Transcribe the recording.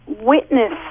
witness